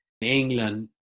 England